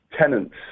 tenants